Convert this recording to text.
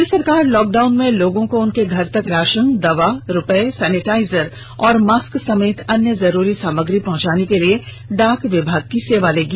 राज्य सरकार लॉकडाउन में लोगों को उनके घर तक राशन दवा रुपए सेनिटाइजर और मास्क समेत अन्य जरुरी सामग्रियों को पहुंचाने के लिए डाक विभाग की सेवा लेगी